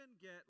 get